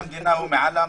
נשיא המדינה הוא מעל המדינה?